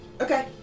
Okay